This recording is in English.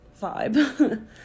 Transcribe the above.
vibe